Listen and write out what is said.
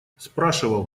спрашивал